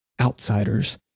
outsiders